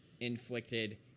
inflicted